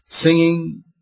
singing